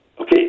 Okay